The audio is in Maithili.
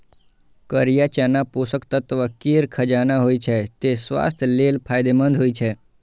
करिया चना पोषक तत्व केर खजाना होइ छै, तें स्वास्थ्य लेल फायदेमंद होइ छै